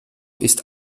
ist